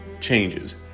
changes